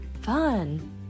Fun